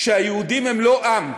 שהיהודים הם לא עם,